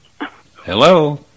Hello